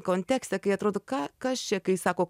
kontekste kai atrodo ką kas čia kai sako